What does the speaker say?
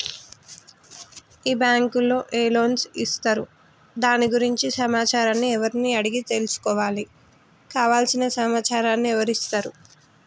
ఈ బ్యాంకులో ఏ లోన్స్ ఇస్తారు దాని గురించి సమాచారాన్ని ఎవరిని అడిగి తెలుసుకోవాలి? కావలసిన సమాచారాన్ని ఎవరిస్తారు?